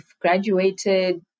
graduated